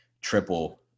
triple